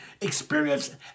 experience